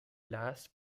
last